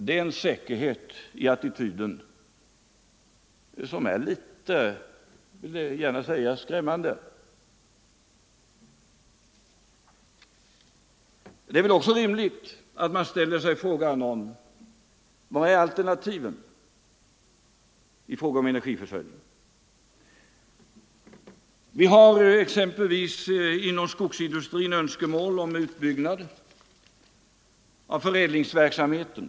Det är en säkerhet i attityden som är litet — jag vill gärna säga det —- skrämmande. Det är väl också rimligt att man ställer sig frågan: Vad är alternativen i fråga om energiförsörjningen? Vi har exempelvis inom skogsindustrin önskemål om en utbyggnad av förädlingsverksamheten.